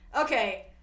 Okay